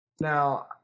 Now